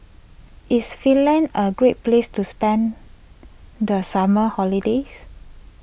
is Finland a great place to spend the summer holiday